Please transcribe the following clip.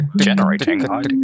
Generating